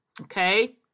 Okay